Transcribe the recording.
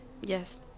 yes